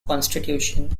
constitution